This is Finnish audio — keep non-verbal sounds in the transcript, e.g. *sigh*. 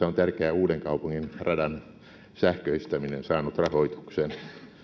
*unintelligible* on tärkeä uudenkaupungin radan sähköistäminen saanut rahoituksen